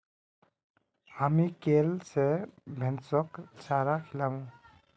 हामी कैल स भैंसक चारा खिलामू